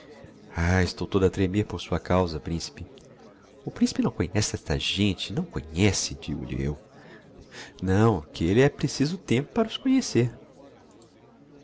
ah estou toda a tremer por sua causa principe o principe não conhece esta gente não conhece digo lho eu não que elle é preciso tempo para os conhecer